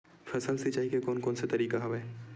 फसल सिंचाई के कोन कोन से तरीका हवय?